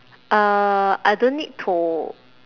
uh I don't need to